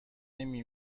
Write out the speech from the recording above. نمی